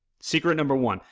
secret number one,